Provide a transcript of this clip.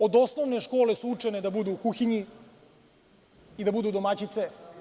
Od osnovne škole su učene da budu u kuhinji i da budu domaćice.